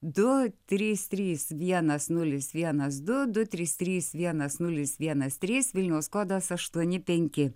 du trys trys vienas nulis vienas du du trys trys vienas nulis vienas trys vilniaus kodas aštuoni penki